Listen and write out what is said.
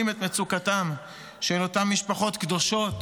את מצוקתן של אותן משפחות קדושות,